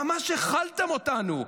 ממש הכלתם אותנו.